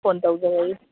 phone ꯇꯧꯖꯔꯛꯏ